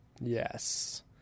Yes